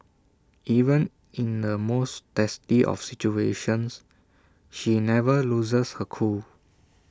even in the most testy of situations she never loses her cool